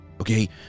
Okay